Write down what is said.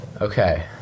Okay